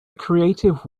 creative